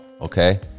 Okay